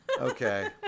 okay